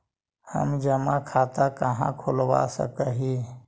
हम जमा खाता कहाँ खुलवा सक ही?